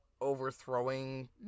overthrowing